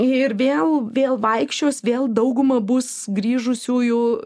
ir vėl vėl vaikščios vėl dauguma bus grįžusiųjų